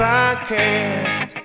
Podcast